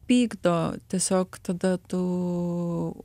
pykdo tiesiog tada tu